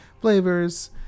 flavors